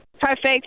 perfect